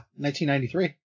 1993